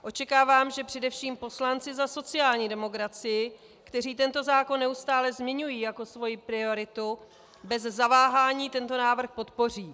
Očekávám, že především poslanci za sociální demokracii, kteří tento zákon neustále zmiňují jako svoji prioritu, bez zaváhání tento návrh podpoří.